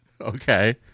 Okay